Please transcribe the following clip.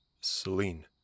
Celine